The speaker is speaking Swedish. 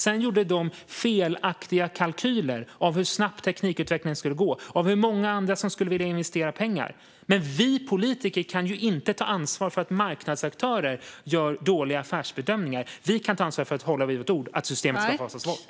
Sedan gjorde de felaktiga kalkyler av hur snabbt teknikutvecklingen skulle gå och av hur många andra som skulle vilja investera pengar. Men vi politiker kan ju inte ta ansvar för att marknadsaktörer gör dåliga affärsbedömningar! Vi kan ta ansvar för att hålla vårt ord, nämligen att systemet ska fasas ut.